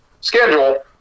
schedule